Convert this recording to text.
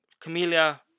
camellia